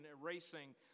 erasing